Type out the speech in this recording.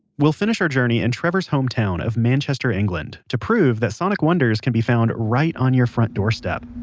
we'll finish our journey in trevor's hometown of manchester, england, to prove that sonic wonders can be found right on your front doorstep